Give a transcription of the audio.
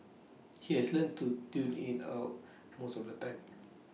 he has learnt to tune in out most of the time